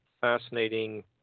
fascinating